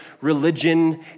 religion